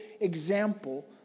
example